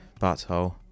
butthole